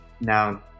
now